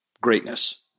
greatness